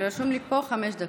רשום לי פה חמש דקות.